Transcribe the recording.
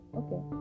okay